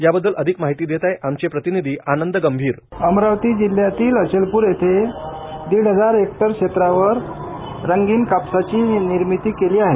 याबद्दल अधिक माहिती देत आहेत आमचे प्रतिनिधी आनंद गंभीर अमरावती जिल्ह्यातील अचलपूर इथं तीन हजार हेक्टर क्षेत्रावर रंगीत कापसाची निर्मिती केली आहे